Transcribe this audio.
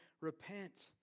repent